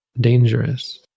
dangerous